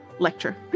Lecture